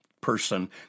person